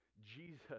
jesus